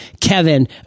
Kevin